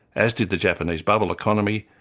as did the japanese bubble economy,